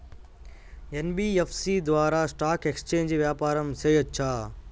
NBFC ద్వారా stock exchange వ్యాపారం సేయొచ్చా?